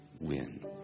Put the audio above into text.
win